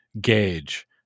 gauge